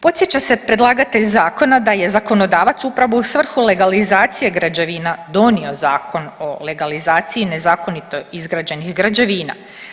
Podsjeća se predlagatelj zakona da je zakonodavac upravo u svrhu legalizacije građevina donio Zakon o legalizaciji nezakonito izgrađenih građevina.